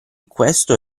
questo